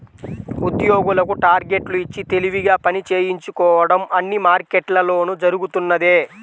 ఉద్యోగులకు టార్గెట్లు ఇచ్చి తెలివిగా పని చేయించుకోవడం అన్ని మార్కెట్లలోనూ జరుగుతున్నదే